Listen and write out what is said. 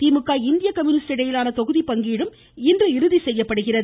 திமுக இந்திய கம்யூனிஸ்ட் இடையிலான தொகுதிப்பங்கீடும் இன்று இறுதி செய்யப்படுகிறது